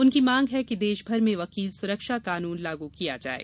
उनकी मांग है कि देशभर में वकील सुरक्षा कानून लागू किया जाये